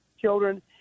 children